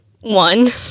one